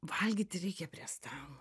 valgyti reikia prie stalo